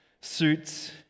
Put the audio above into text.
suits